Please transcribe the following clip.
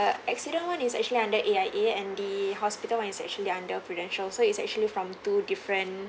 accident one is actually under A_I_A and the hospital one is actually under prudential so it's actually from two different